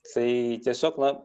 tai tiesiog na